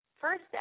first